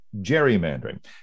gerrymandering